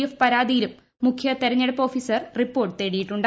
F പരാതിയിലും മുഖ്യ തെരഞ്ഞെടുപ്പ് ഓഫീസർ റി പ്പോർട്ട് തേടിയിട്ടുണ്ട്